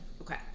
Okay